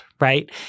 Right